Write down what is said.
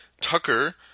Tucker